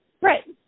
right